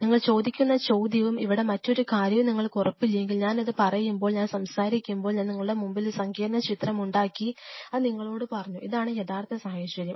നിങ്ങൾ ചോദിക്കുന്ന ചോദ്യവും ഇവിടെ മറ്റൊരു കാര്യവും നിങ്ങൾക്ക് ഉറപ്പില്ലെങ്കിൽ ഞാൻ ഇത് പറയുമ്പോൾ ഞാൻ സംസാരിക്കുമ്പോൾ ഞാൻ നിങ്ങളുടെ മുൻപിൽ ഈ സങ്കീർണ്ണ ചിത്രം ഉണ്ടാക്കി ഇത് നിങ്ങളോട് പറഞ്ഞു ഇതാണ് യഥാർത്ഥ സാഹചര്യം